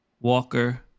Walker